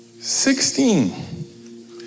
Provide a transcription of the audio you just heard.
Sixteen